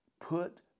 put